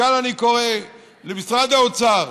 מכאן אני קורא למשרד האוצר,